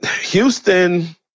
Houston